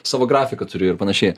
savo grafiką turiu ir panašiai